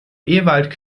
ewald